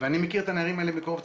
ואני מכיר את הנערים האלה מקרוב.